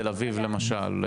תל אביב למשל,